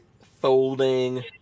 folding